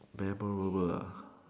memorable ah